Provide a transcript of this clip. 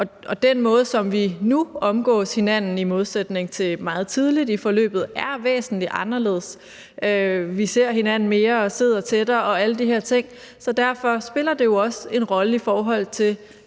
op. Den måde, som vi i modsætning til meget tidligt i forløbet nu omgås hinanden på, er væsentlig anderledes. Vi ser hinanden mere og sidder tættere og alle de her ting. Det spiller også en rolle, i forhold til